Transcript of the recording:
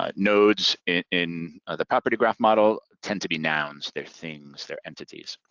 ah nodes in the property graph model tend to be nouns, they're things, they're entities.